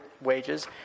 wages